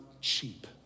cheap